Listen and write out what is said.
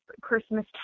Christmas